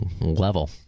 level